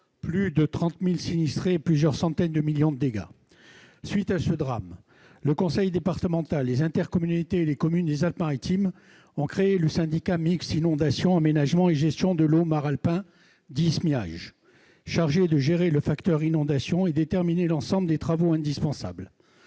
plus de 30 000 sinistrés et plusieurs centaines de millions de dégâts. À la suite de ce drame, le conseil départemental, les intercommunalités et les communes des Alpes-Maritimes ont créé le Syndicat mixte inondations, aménagement et gestion de l'eau maralpin, dit Smiage, chargé de gérer le facteur inondation et de déterminer l'ensemble des travaux indispensables.